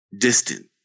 distant